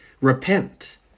Repent